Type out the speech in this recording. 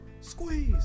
squeeze